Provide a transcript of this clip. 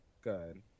Good